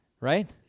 Right